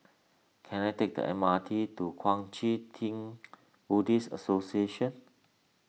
can I take the M R T to Kuang Chee Tng Buddhist Association